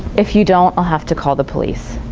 if you don't i'll have to call the police.